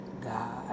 God